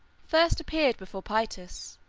first appeared before pityus,